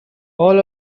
all